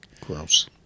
Gross